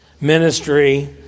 ministry